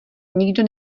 nikdo